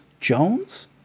Jones